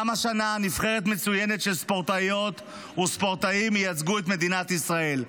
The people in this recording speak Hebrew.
גם השנה נבחרת מצוינת של ספורטאיות וספורטאים ייצגו את מדינת ישראל,